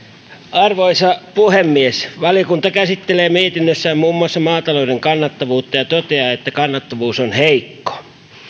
arvoisa puhemies valiokunta käsittelee mietinnössään muun muassa maatalouden kannattavuutta ja toteaa että kannattavuus on heikko